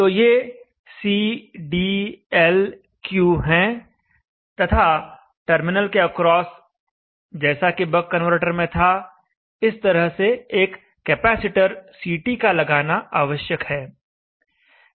तो ये C D L Q हैं तथा टर्मिनल के अक्रॉस जैसा कि बक कन्वर्टर में था इस तरह से एक कैपेसिटर CT का लगाना आवश्यक है